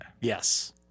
Yes